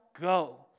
go